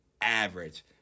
average